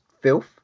filth